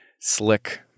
slick